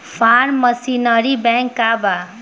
Form machinery bank का बा?